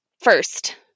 first